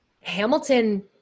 Hamilton